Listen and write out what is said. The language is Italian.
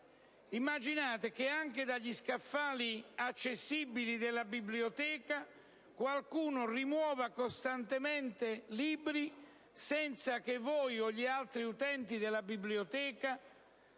Immaginate che anche dagli scaffali accessibili della biblioteca qualcuno rimuova costantemente libri senza che voi o gli altri utenti della biblioteca